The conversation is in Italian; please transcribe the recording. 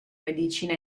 medicina